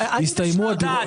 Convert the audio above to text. למעטפת; זה לא שלד.